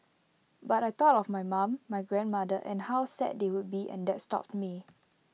but I thought of my mum my grandmother and how sad they would be and that stopped me